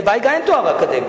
לבייגה אין תואר אקדמי.